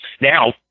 Now